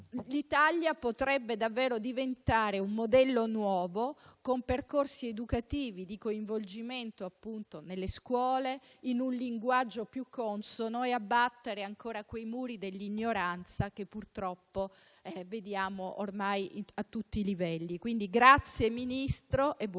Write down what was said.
L'Italia potrebbe davvero diventare un modello nuovo con percorsi educativi di coinvolgimento nelle scuole, con un linguaggio più consono, e abbattere ancora quei muri di ignoranza che purtroppo vediamo ormai a tutti i livelli. Grazie, signor Ministro, e buon lavoro.